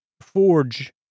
forge